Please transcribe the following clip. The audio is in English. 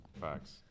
Facts